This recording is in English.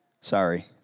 sorry